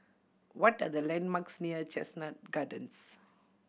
what are the landmarks near Chestnut Gardens